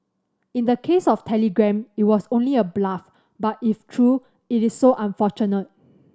in the case of Telegram it was only a bluff but if true it is so unfortunate